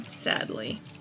Sadly